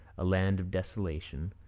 a land of desolation,